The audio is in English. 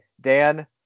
Dan